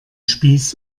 spieß